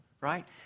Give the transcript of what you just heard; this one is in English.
right